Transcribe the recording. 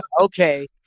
Okay